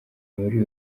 muri